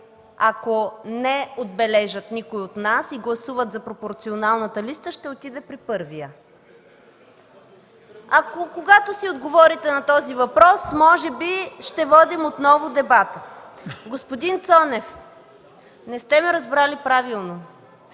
ако не отбележат никой от нас и гласуват за пропорционалната листа, ще отиде при първия? Когато си отговорите на този въпрос, може би ще водим отново дебат. Господин Цонев, не сте ме разбрали правилно.